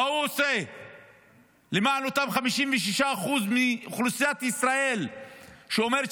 מה הוא עושה למען אותם 56% מאוכלוסיית ישראל שאומרת